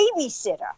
babysitter